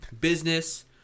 business